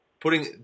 Putting